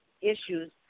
issues